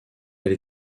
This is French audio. elle